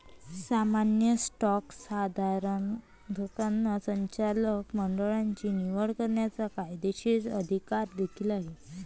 सामान्य स्टॉकधारकांना संचालक मंडळाची निवड करण्याचा कायदेशीर अधिकार देखील आहे